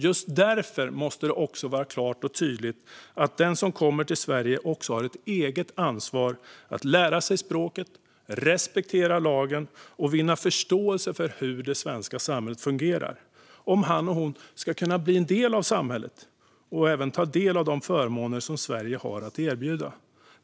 Just därför måste det vara klart och tydligt att den som kommer till Sverige också har ett eget ansvar att lära sig språket, respektera lagen och vinna förståelse för hur det svenska samhället fungerar om han eller hon ska kunna bli en del av samhället och ta del av de förmåner som Sverige har att erbjuda.